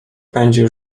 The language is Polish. pędził